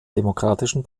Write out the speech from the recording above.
demokratischen